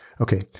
Okay